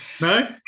No